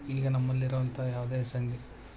ಈಗ ನಮ್ಮಲ್ಲಿ ಇರುವಂಥ ಯಾವುದೇ ಸಂಗಿ